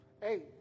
Hey